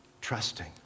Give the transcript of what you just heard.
trusting